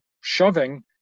shoving